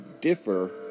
differ